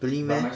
really meh